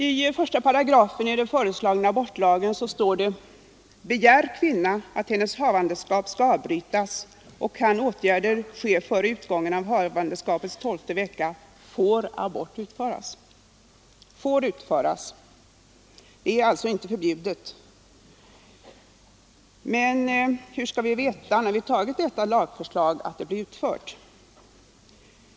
I 18 i den föreslagna abortlagen står det: ”Begär kvinna att hennes havandeskap skall avbrytas och kan åtgärden ske före utgången av havandeskapets tolfte vecka, får abort utföras ———.” Jag upprepar att det står ”får utföras” — det är alltså inte förbjudet. Men hur skall vi veta, när vi antagit lagförslaget, att detta blir utfört?